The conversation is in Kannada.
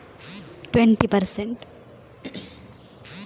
ಈ ಸಾಲಕ್ಕೆ ಎಷ್ಟು ಪರ್ಸೆಂಟ್ ಬಡ್ಡಿ ಇದೆ?